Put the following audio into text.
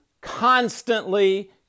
constantly